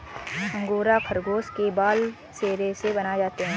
angora खरगोश के बाल से रेशे बनाए जाते हैं